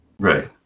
Right